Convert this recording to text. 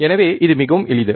எனவே இது மிகவும் எளிது